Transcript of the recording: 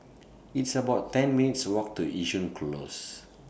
It's about ten minutes' Walk to Yishun Close